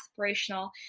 aspirational